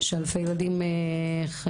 שעשרות אלפי ילדים חיים